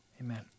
Amen